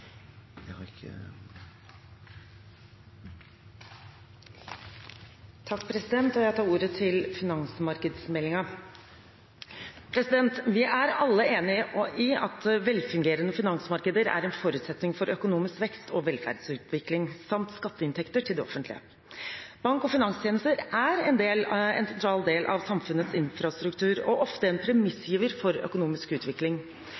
Jeg tar ordet til finansmarkedsmeldingen. Vi er alle enige om at velfungerende finansmarkeder er en forutsetning for økonomisk vekst og velferdsutvikling samt skatteinntekter til det offentlige. Bank- og finanstjenester er en sentral del av samfunnets infrastruktur og ofte en premissgiver for økonomisk utvikling.